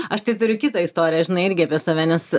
aš tai turiu kitą istoriją žinai irgi apie save nes